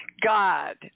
God